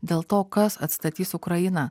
dėl to kas atstatys ukrainą